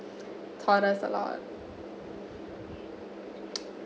taught us a lot